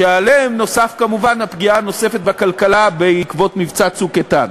שעליהם נוספת כמובן פגיעה נוספת בכלכלה בעקבות מבצע "צוק איתן".